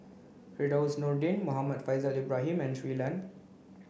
Firdaus Nordin Muhammad Faishal Ibrahim and Shui Lan